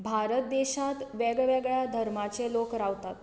भारत देशांत वेगवेगळ्या धर्माचे लोक रावतात